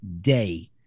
day